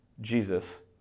Jesus